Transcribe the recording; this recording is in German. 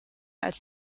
als